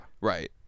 Right